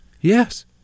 Yes